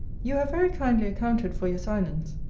you have very kindly accounted for your silence.